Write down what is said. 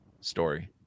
story